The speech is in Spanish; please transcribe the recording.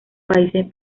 países